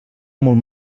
molt